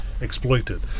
exploited